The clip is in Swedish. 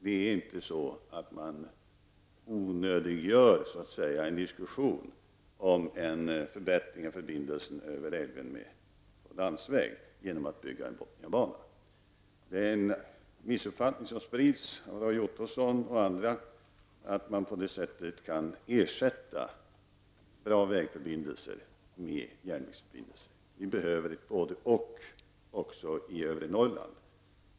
Det är inte så att man så att säga onödiggör en diskussion om en förbättring av förbindelsen via landsvägen över älven genom att bygga en Bottniabana. Det är en missuppfattning som sprids av Roy Ottosson och andra att man på det sättet kan ersätta bra vägförbindelser med järnvägsförbindelser. Vi behöver både--och också i övre Norrland.